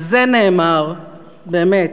על זה נאמר, באמת,